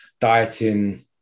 dieting